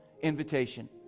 invitation